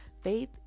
faith